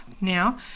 now